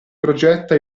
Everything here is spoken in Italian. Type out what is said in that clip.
progetta